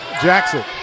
Jackson